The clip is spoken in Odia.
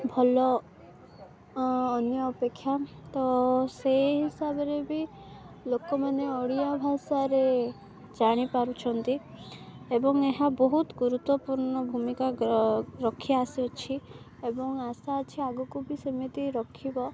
ଭଲ ଅନ୍ୟ ଅପେକ୍ଷା ତ ସେଇ ହିସାବରେ ବି ଲୋକମାନେ ଓଡ଼ିଆ ଭାଷାରେ ଜାଣିପାରୁଛନ୍ତି ଏବଂ ଏହା ବହୁତ ଗୁରୁତ୍ୱପୂର୍ଣ୍ଣ ଭୂମିକା ରଖି ଆସିଅଛି ଏବଂ ଆଶା ଅଛି ଆଗକୁ ବି ସେମିତି ରଖିବ